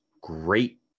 great